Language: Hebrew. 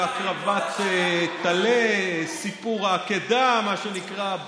של הקרבת טלה, סיפור העקדה, מה שנקרא,